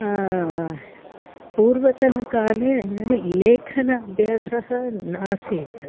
पूर्वतनकाले लेखनाभ्यासः नासीत्